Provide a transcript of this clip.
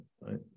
right